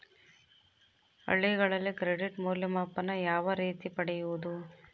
ಹಳ್ಳಿಗಳಲ್ಲಿ ಕ್ರೆಡಿಟ್ ಮೌಲ್ಯಮಾಪನ ಯಾವ ರೇತಿ ಪಡೆಯುವುದು?